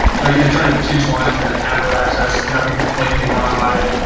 so i try to choose ones that have road access, nothing blatantly wrong about it,